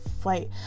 flight